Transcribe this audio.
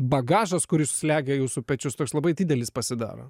bagažas kuris slegia jūsų pečius labai didelis pasidaro